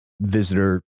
Visitor